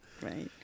right